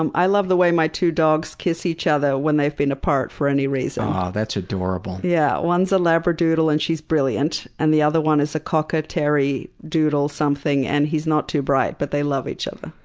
um i love the way my two dogs kiss each other when they've been apart for any reason. aw that's adorable. yeah, one's a labradoodle and she's brilliant. and the other one is a cockaterridoodle-something and he's not too bright, but they love each other.